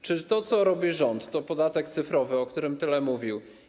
Czy to, co robi rząd, to podatek cyfrowy, o którym tyle mówił?